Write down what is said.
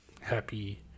happy